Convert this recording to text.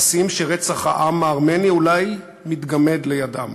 מעשים שרצח העם הארמני אולי מתגמד לידם.